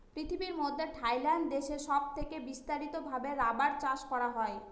পৃথিবীর মধ্যে থাইল্যান্ড দেশে সব থেকে বিস্তারিত ভাবে রাবার চাষ করা হয়